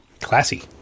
Classy